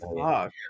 fuck